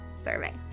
survey